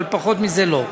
אבל פחות מזה לא.